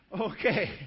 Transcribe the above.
okay